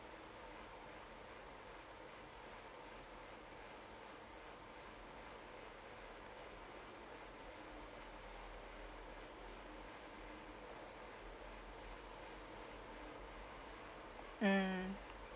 mm